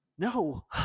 No